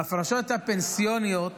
ההפרשות הפנסיוניות